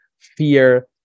fear